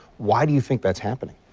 why do you think that's happening.